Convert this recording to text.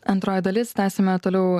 antroji dalis tęsiame toliau